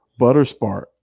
Butterspark